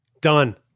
Done